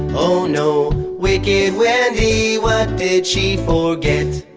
oh no, wicked wendy. what did she forget?